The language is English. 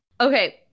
okay